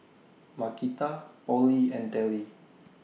Markita Polly and Telly